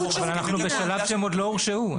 אנחנו בשלב שהם עוד לא הורשעו,